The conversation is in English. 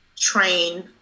train